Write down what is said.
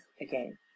again